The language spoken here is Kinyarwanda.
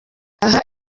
aha